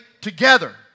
together